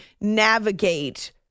navigate